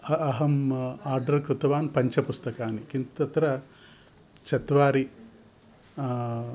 अहम् आर्डर् कृतवान् पञ्चपुस्तकानि किन्तु तत्र चत्वारि